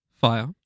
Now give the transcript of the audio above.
Fire